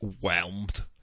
whelmed